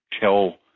tell